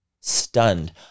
stunned